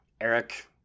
Eric